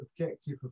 objective